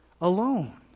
alone